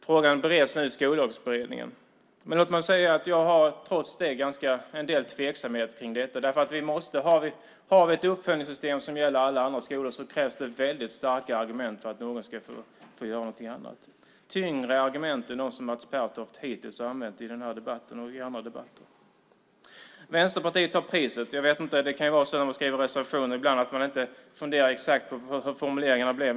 Frågan bereds nu i Skollagsberedningen. Jag ser trots det en del tveksamheter kring det. Har vi ett uppföljningssystem som gäller alla andra skolor ska det vara väldigt starka argument för att någon ska få göra någonting annat. Det ska vara tyngre argument än de som Mats Pertoft hittills har använt i den här debatten och i andra debatter. Vänsterpartiet tar priset. Det kan vara så när man skriver reservationer ibland att man inte funderar exakt på hur formuleringar blev.